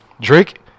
Drake